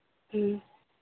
ꯎꯝ